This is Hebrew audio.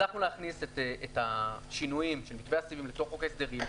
הצלחנו להכניס את השינויים של מתווה הסיבים לתוך חוק ההסדרים.